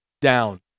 down